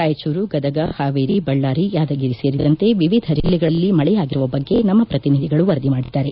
ರಾಯಚೂರು ಗದಗ ಹಾವೇರಿ ಬಳ್ಳಾರಿ ಯಾದಗಿರಿ ಸೇರಿದಂತೆ ವಿವಿಧ ಜಿಲ್ಲೆಗಳಲ್ಲಿ ಮಳೆಯಾಗಿರುವ ಬಗ್ಗೆ ನಮ್ಮ ಪ್ರತಿನಿಧಿಗಳು ವರದಿ ಮಾಡಿದ್ದಾರೆ